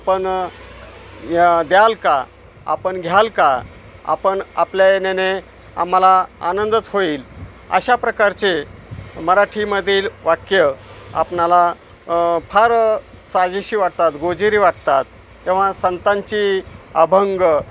आपण या द्याल का आपण घ्याल का आपण आपल्या येण्याने आम्हाला आनंदच होईल अशा प्रकारचे मराठीमधील वाक्य आपणाला फार साजेशी वाटतात गोजिरी वाटतात तेव्हा संतांची अभंग